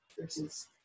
versus